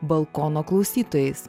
balkono klausytojais